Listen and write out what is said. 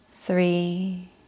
three